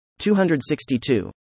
262